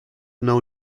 know